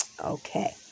Okay